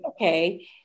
okay